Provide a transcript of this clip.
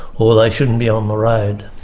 or they shouldn't be on the road.